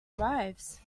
arrives